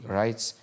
rights